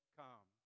come